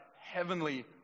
heavenly